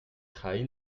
trahi